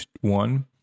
One